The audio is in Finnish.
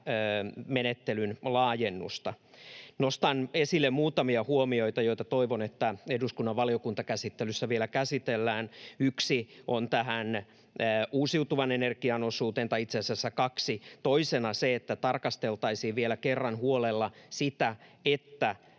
yva-menettelyn laajennusta. Nostan esille muutamia huomioita, joita toivon, että eduskunnan valiokuntakäsittelyssä vielä käsitellään. Kaksi on tähän uusiutuvan energian osuuteen: Toisena se, että tarkasteltaisiin vielä kerran huolella sitä, että